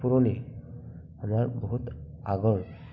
পুৰণি আমাৰ বহুত আগৰ